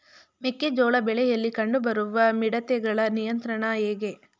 ಮೆಕ್ಕೆ ಜೋಳ ಬೆಳೆಯಲ್ಲಿ ಕಂಡು ಬರುವ ಮಿಡತೆಗಳ ನಿಯಂತ್ರಣ ಹೇಗೆ?